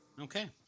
Okay